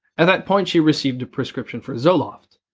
at that point, she received a prescription for zoloft.